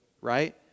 right